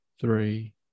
three